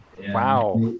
Wow